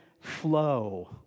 flow